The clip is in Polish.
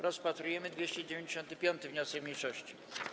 Rozpatrujemy 295. wniosek mniejszości.